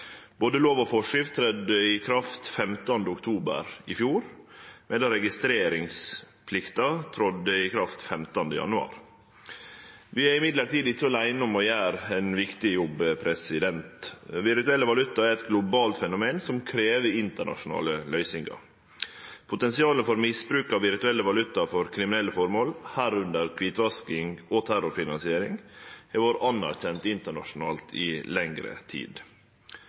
Både lov og forskrift tredde i kraft 15. oktober i fjor, medan registreringsplikta tredde i kraft 15. januar. Vi er i alle høve ikkje aleine om å gjere ein viktig jobb. Virtuell valuta er eit globalt fenomen som krev internasjonale løysingar. Potensialet for misbruk av virtuell valuta til kriminelle formål, medrekna kvitvasking og terrorfinansiering, har vore anerkjent internasjonalt i lengre tid.